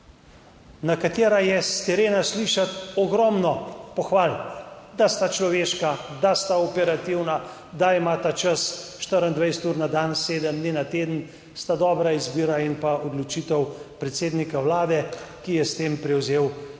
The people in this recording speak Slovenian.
na katera je s terena slišati ogromno pohval, da sta človeška, da sta operativna, da imata čas 24 ur na dan, sedem dni na teden, sta dobra izbira in pa odločitev predsednika Vlade, ki je s tem prevzel tudi